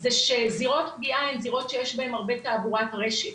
זה שזירות פגיעה הן זירות שיש בהן הרבה תעבורת רשת.